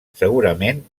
segurament